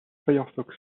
firefox